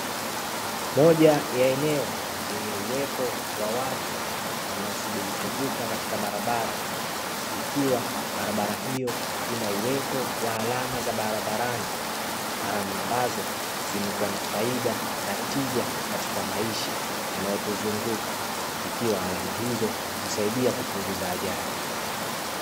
Moja ya eneo lenye uwepo wa watu wanaosubiri kuvuka katika barabara, ikiwa barabara hiyo ina uwepo wa alama za barabarani. Alama ambazo zimekuwa na faida na tija katika maisha yanayotuzunguka, ikiwa alama hizo husaidia kupunguza ajali.